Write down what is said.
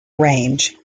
range